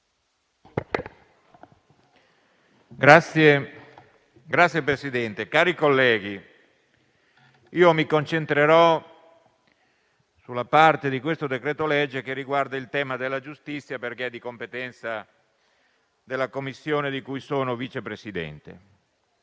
Signor Presidente, cari colleghi, mi concentrerò sulla parte di questo decreto-legge che riguarda il tema della giustizia, perché di competenza della Commissione di cui sono Vice Presidente.